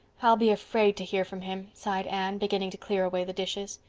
i'll be afraid to hear from him, sighed anne, beginning to clear away the dishes.